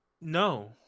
No